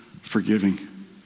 forgiving